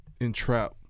entrap